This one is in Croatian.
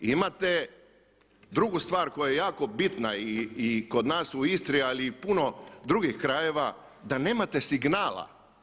Imate drugu stvar koja je jako bitna i kod nas u Istri ali i puno drugih krajeva da nemate signala.